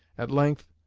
at length,